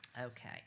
Okay